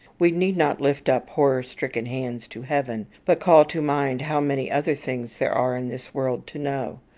we need not lift up horror-stricken hands to heaven, but call to mind how many other things there are in this world to know.